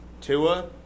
Tua